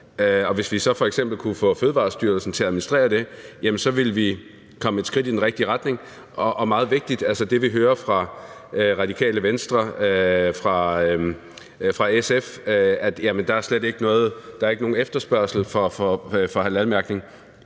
hvis vi så f.eks. kunne få Fødevarestyrelsen til at administrere det, ville vi komme et skridt i den rigtige retning. Det er meget vigtigt at sige til det, vi hører fra Det Radikale Venstre og fra SF, om, at der slet ikke er nogen efterspørgsel efter halalmærkning,